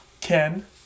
Ken